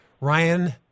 Ryan